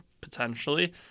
potentially